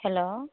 hello